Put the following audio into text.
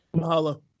Mahalo